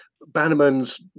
Bannerman's